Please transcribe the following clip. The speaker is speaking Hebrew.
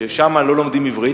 ששם לא לומדים עברית,